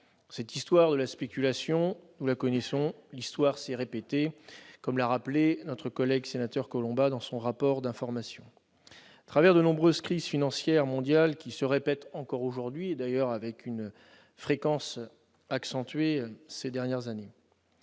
Cette histoire de la spéculation, nous la connaissons : elle s'est répétée, comme l'a rappelé mon collègue Collombat dans son rapport d'information, à travers de nombreuses crises financières mondiales. Elle se répète encore aujourd'hui, avec une fréquence d'ailleurs accentuée ces dernières années.